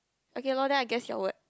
okay [lorh] then I guess your word